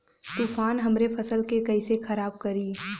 तूफान हमरे फसल के कइसे खराब करी?